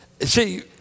see